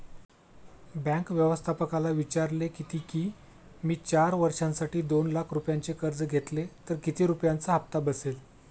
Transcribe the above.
bank व्यवस्थापकाला विचारले किती की, मी चार वर्षांसाठी दोन लाख रुपयांचे कर्ज घेतले तर किती रुपयांचा हप्ता बसेल